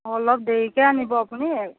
অলপ দেৰীকৈ আনিব আপুনি